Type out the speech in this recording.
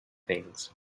things